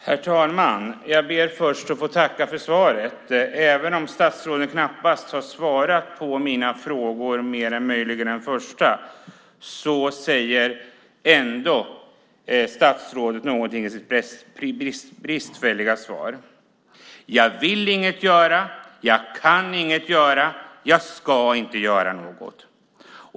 Herr talman! Jag ber att få tacka för svaret. Även om statsrådet knappast har svarat på mer än möjligen den första av mina frågor säger statsrådet ändå något i sitt bristfälliga svar: Jag vill inget göra. Jag kan inget göra. Jag ska inte göra något.